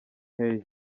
hey